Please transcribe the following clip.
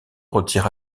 retire